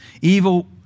Evil